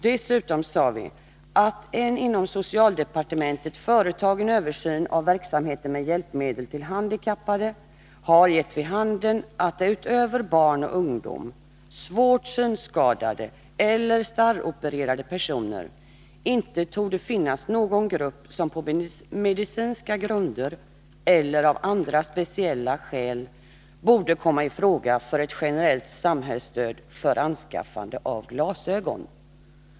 Dessutom har vi sagt ”att en inom socialdepartementet företagen översyn av 59 verksamheten med hjälpmedel till handikappade har gett vid handen att det utöver barn och ungdom, svårt synskadade eller starropererade personer inte torde finnas någon grupp som på medicinska grunder eller av andra speciella skäl borde komma i fråga för ett generellt samhällsstöd för anskaffande av glasögon”.